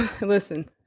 listen